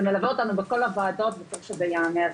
זה מלווה אותנו בכל הוועדות וצריך שזה ייאמר.